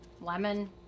lemon